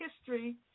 history